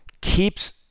keeps